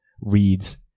Reads